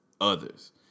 others